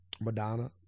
Madonna